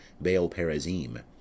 Baal-perazim